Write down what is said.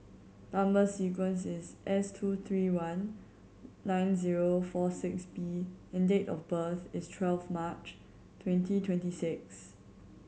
number sequence is S two three one nine zero four six B and date of birth is twelve March twenty twenty six